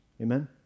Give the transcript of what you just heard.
Amen